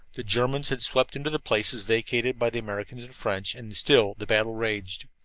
the germans had swept into the places vacated by the americans and french, and still the battle raged.